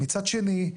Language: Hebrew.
מצד שני,